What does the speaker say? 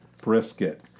Brisket